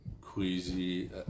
queasy